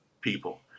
people